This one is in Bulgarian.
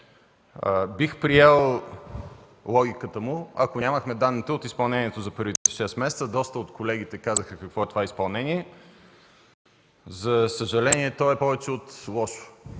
Бих приел логиката му, ако нямахме данните от изпълнението за първите шест месеца. Доста от колегите казаха какво е това изпълнение. За съжаление, то е повече от лошо